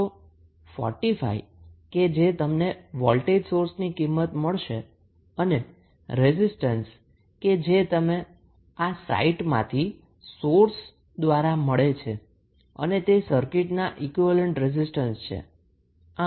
તો 45 કે જે તમને વોલ્ટેજ્ સોર્સની કિંમત મળશે અને રેઝિસ્ટન્સ કે જે તમે આ સાઈટમાંથી સોર્સ દ્વારા મળે છે અને તે સર્કિટનો ઈક્વીવેલેન્ટ રેઝિસ્ટન્સ છે